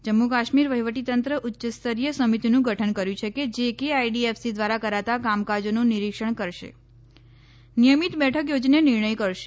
જમ્મુ કાશ્મીર વહીવટીતંત્ર ઉચ્યસ્તરીય સંમિતિનું ગઠન કર્યુ છે કે જે કે આઇડીએફસી દ્વારા કરાતા કામકાજોનું નિરીક્ષણ કરશે નિયમિત બેઠકો યોજને નિર્ણ કરશે